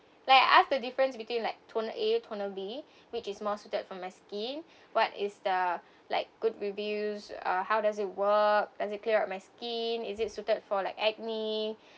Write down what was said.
like I ask the difference between like toner A and toner B which is more suited for my skin what is the like good reviews uh how does it work does it clear up my skin is it suited for like acne